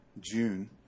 june